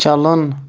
چلُن